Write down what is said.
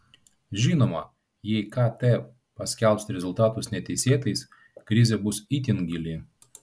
žinoma jei kt paskelbs rezultatus neteisėtais krizė bus itin gili